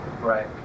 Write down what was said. Right